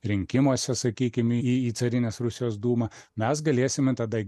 rinkimuose sakykim į į carinės rusijos dūmą mes galėsime tada